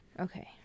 Okay